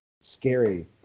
scary